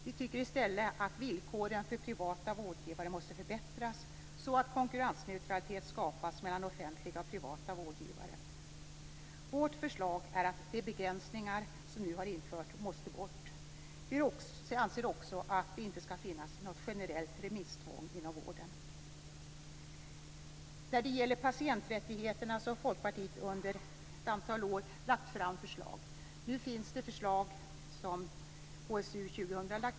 Vi tycker i stället att villkoren för privata vårdgivare måste förbättras, så att konkurrensneutralitet skapas mellan offentliga och privata vårdgivare. Vårt förslag är att de begränsningar som har införts tas bort. Vi anser också att det inte skall finnas något generellt remisstvång inom vården. När det gäller patienträttigheterna har Folkpartiet under ett antal år lagt fram förslag. Nu finns det förslag från HSU 2000.